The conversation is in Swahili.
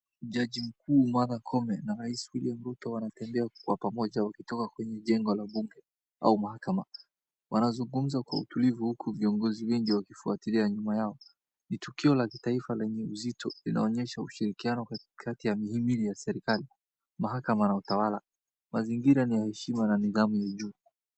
Jaji mkuu Matha Koome na rais William Ruto wanatembea kwa pamoja wakitoka kwenye jengo la bunge au mahakama .Wanazungumza kwa utulivu uku viongozi wengi wakifuatilia nyuma yao. Kitukio la kitaifa lenye uzito linaonyesha ushirikiano katikati ya mihimili ya serikali, mahakama na utawala. Mazingira ni ya heshima na nidhamu ya juu.